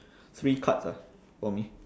three cards ah for me